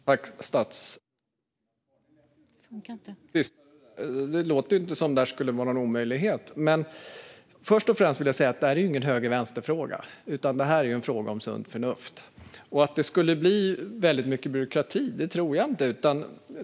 Fru talman! Det låter inte som om det här skulle vara någon omöjlighet. Men först och främst vill jag säga att detta inte är någon höger-vänster-fråga utan en fråga om sunt förnuft. Att det skulle bli mycket byråkrati tror jag inte.